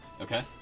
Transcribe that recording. Okay